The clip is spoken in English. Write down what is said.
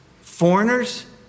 Foreigners